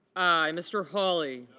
mr. holly.